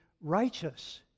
righteous